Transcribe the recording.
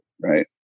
Right